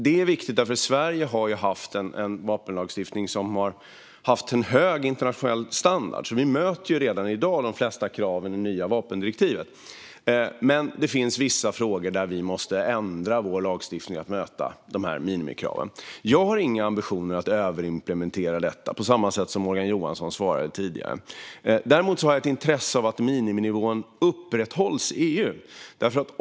Detta är viktigt, för Sverige har haft en vapenlagstiftning som har haft en hög internationell standard, så vi möter redan i dag de flesta krav i det nya vapendirektivet. Men i vissa frågor måste vi ändra vår lagstiftning för att möta minimikraven. Jag har inga ambitioner att överimplementera detta, precis som Morgan Johansson svarade tidigare. Däremot har jag ett intresse av att miniminivån upprätthålls i EU.